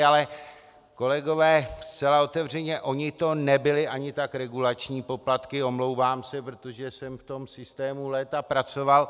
Ale kolegové, zcela otevřeně, oni to nebyly ani tak regulační poplatky, omlouvám se, protože jsem v tom systému léta pracoval.